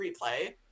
replay